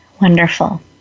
Wonderful